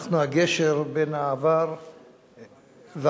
אנחנו הגשר בין העבר והעתיד.